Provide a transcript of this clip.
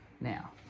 Now